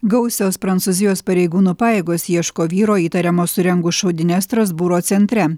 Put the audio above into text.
gausios prancūzijos pareigūnų pajėgos ieško vyro įtariamo surengus šaudynes strasbūro centre